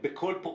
לא.